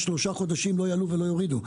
שלושה חודשים לא יעלו ולא יורידו.